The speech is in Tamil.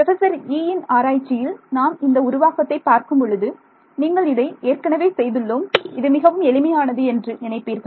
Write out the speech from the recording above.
ப்ரொபஸர் யீயின் ஆராய்ச்சியில் நாம் இந்த உருவாக்கத்தை பார்க்கும் பொழுது நீங்கள் இதை ஏற்கனவே செய்துள்ளோம் இது மிகவும் எளிமையானது என்று நினைப்பீர்கள்